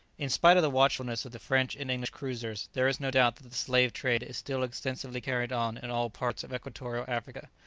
in spite of the watchfulness of the french and english cruisers, there is no doubt that the slave-trade is still extensively carried on in all parts of equatorial africa,